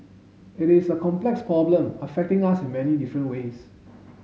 it is a complex problem affecting us in many different ways